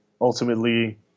Ultimately